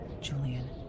Julian